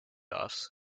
offs